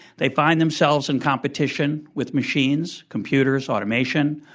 they find themselves in competition with machines, computers, automation,